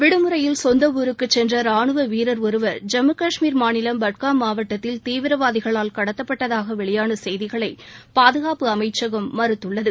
விடுமுறையில் சொந்த ஊருக்கு சென்ற ரானுவ வீரர் ஒருவர் ஜம்மு காஷ்மீர் மாநிலம் பட்காம் மாவட்டத்தில் தீவிரவாதிகளால் கடத்தப்பட்டதாக வெளியான செய்திகளை பாதுகாப்பு அமைச்சகம் மறுத்துள்ளது